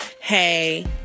hey